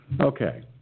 Okay